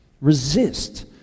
Resist